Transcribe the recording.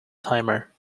timer